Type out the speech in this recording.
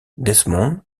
desmond